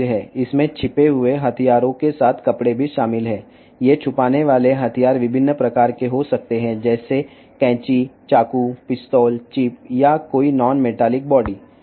బొమ్మ యొక్క ఛాయాచిత్రం ఇక్కడ ఉంది ఇది దాచిన ఆయుధాలతో పాటు బట్టలను కలిగి ఉంటుంది ఈ దాచిన ఆయుధాలు కత్తెర కత్తి పిస్టల్ చిప్ లేదా లోహేతర శరీరం వంటి వివిధ రకాలుగా ఉండవచ్చు